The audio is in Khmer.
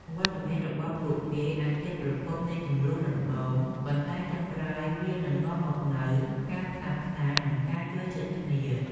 វត្តមានរបស់ពួកគេអាចជាប្រភពនៃជម្លោះដំបូង ប៉ុន្តែចុងក្រោយវានឹងនាំមកនូវការផ្សះផ្សា និងការយល់ចិត្តគ្នា។